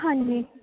ਹਾਂਜੀ